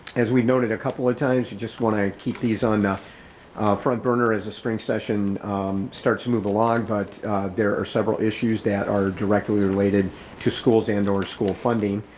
as we noted a couple of times, you just wanna keep these on the and front burner as a spring session starts to move along, but there are several issues that are directly related to schools and or school funding.